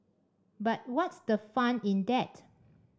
but what's the fun in that